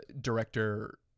director